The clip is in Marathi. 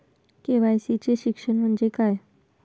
के.वाय.सी चे शिक्षण म्हणजे काय?